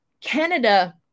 Canada